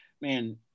man